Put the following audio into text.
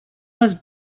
was